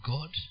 God